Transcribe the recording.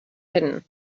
hidden